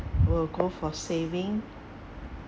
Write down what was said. will go for saving